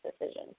decision